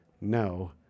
No